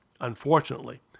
unfortunately